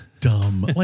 dumb